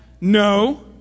no